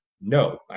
No